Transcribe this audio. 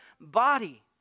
body